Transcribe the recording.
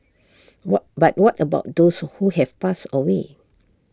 what but what about those who have passed away